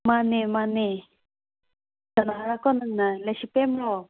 ꯃꯥꯟꯅꯦ ꯃꯥꯟꯅꯦ